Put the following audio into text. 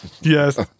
Yes